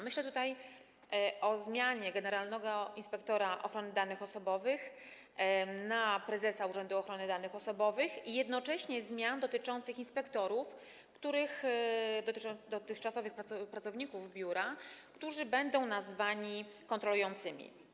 Myślę tutaj o zmianie generalnego inspektora ochrony danych osobowych na prezesa Urzędu Ochrony Danych Osobowych i jednocześnie zmianach dotyczących inspektorów, dotychczasowych pracowników biura, którzy będą nazwani kontrolującymi.